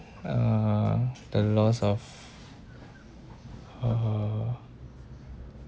uh the loss of uh